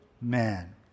man